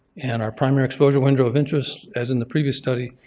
and our primary exposure window of interest as in the previous study,